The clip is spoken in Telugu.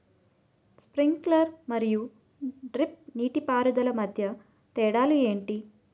స్ప్రింక్లర్ మరియు డ్రిప్ నీటిపారుదల మధ్య తేడాలు ఏంటి?